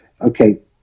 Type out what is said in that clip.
okay